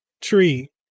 tree